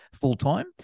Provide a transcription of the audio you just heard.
full-time